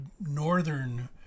northern